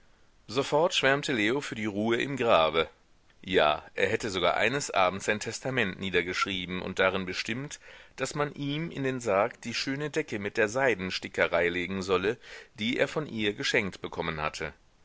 sofort schwärmte leo für die ruhe im grabe ja er hätte sogar eines abends sein testament niedergeschrieben und darin bestimmt daß man ihm in den sarg die schöne decke mit der seidenstickerei legen solle die er von ihr geschenkt bekommen hatte